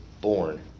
born